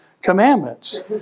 commandments